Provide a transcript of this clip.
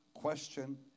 question